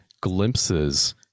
glimpses